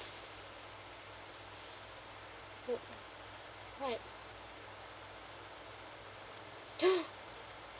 mm right